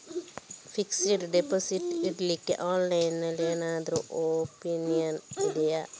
Fixed deposit ಇಡ್ಲಿಕ್ಕೆ online ಅಲ್ಲಿ ಎಂತಾದ್ರೂ ಒಪ್ಶನ್ ಇದ್ಯಾ?